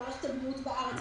על מערכת הבריאות בארץ,